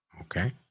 okay